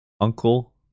uncle